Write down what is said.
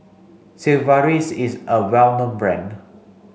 Sigvaris is a well known brand